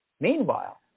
Meanwhile